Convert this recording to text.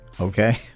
okay